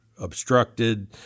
obstructed